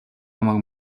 намайг